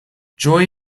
joy